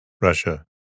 Russia